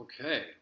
Okay